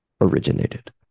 originated